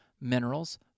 minerals